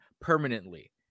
permanently